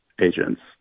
agents